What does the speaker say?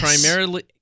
primarily